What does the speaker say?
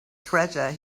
treasure